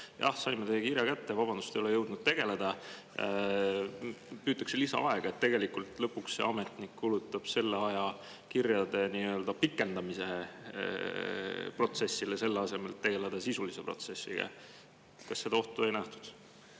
saime teie kirja kätte, vabandust, ei ole jõudnud tegeleda. Püütakse lisaaega [saada]. Nii et tegelikult lõpuks see ametnik kulutab selle aja kirjade pikendamise protsessile, selle asemel et tegeleda sisulise protsessiga. Kas seda ohtu ei nähtud?